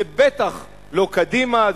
זה בטח לא קדימה,